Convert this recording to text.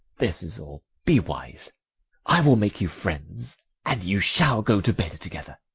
this is all. be wise i will make you friends, and you shall go to bed together.